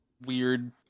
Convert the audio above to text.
weird